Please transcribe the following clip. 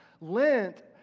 Lent